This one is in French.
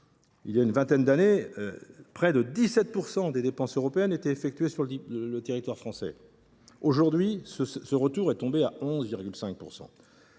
voilà une vingtaine d’années, près de 17 % des dépenses européennes étaient effectuées sur le territoire français ; aujourd’hui, ce taux de retour est tombé à 11,5 %.